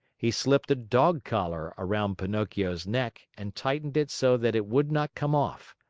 he slipped a dog collar around pinocchio's neck and tightened it so that it would not come off.